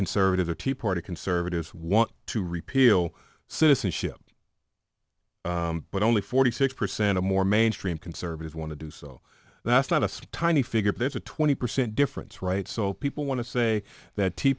conservatives or tea party conservatives want to repeal citizenship but only forty six percent of more mainstream conservatives want to do so that's not a tiny figure there's a twenty percent difference right so people want to say that tea